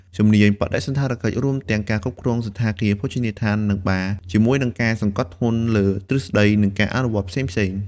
ជំនាញបដិសណ្ឋារកិច្ច រួមបញ្ចូលទាំងការគ្រប់គ្រងសណ្ឋាគារ ភោជនីយដ្ឋាន និងបារ ជាមួយនឹងការសង្កត់ធ្ងន់លើទ្រឹស្តី និងការអនុវត្តផ្សេងៗ។